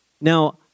Now